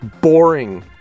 boring